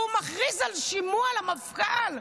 שהוא מכריז על שימוע למפכ"ל.